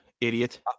Idiot